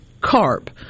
carp